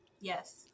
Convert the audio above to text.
Yes